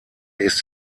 ist